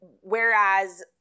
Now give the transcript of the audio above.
whereas